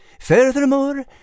Furthermore